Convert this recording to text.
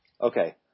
Okay